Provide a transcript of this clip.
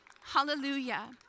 hallelujah